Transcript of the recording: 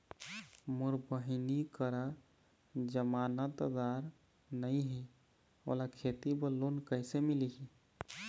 मोर बहिनी करा जमानतदार नई हे, ओला खेती बर लोन कइसे मिलही?